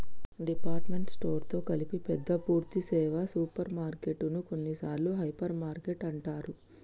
department store తో కలిపి పెద్ద పూర్థి సేవ సూపర్ మార్కెటు ను కొన్నిసార్లు హైపర్ మార్కెట్ అంటారు